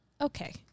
Okay